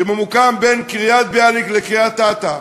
שממוקם בין קריית-ביאליק לקריית-אתא,